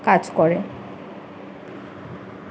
কাজ করে